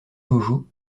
jojo